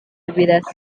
birasa